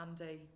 Andy